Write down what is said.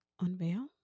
unveil